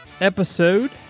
episode